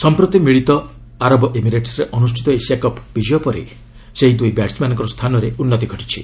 ସମ୍ପ୍ରତି ମିଳିତ ଆରମ ଏମିରେଟସ୍ରେ ଅନୁଷ୍ଠିତ ଏସିଆ କପ୍ ବିଜୟ ପରେ ଏହି ଦୁଇ ବ୍ୟାଟ୍ସ୍ମ୍ୟାନ୍ଙ୍କ ସ୍ଥାନରେ ଉନ୍ନତି ଘଟିଛି